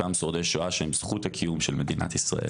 אותם שורדי שואה שהם זכות הקיום של מדינת ישראל.